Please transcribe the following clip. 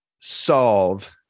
solve